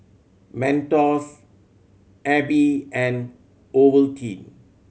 Mentos Aibi and Ovaltine